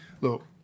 look